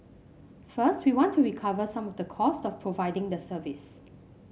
first we want to recover some of the cost of providing the service